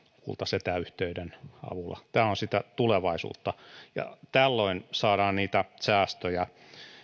kuultaisiin etäyhteyden avulla tämä on sitä tulevaisuutta ja tällöin saadaan niitä säästöjä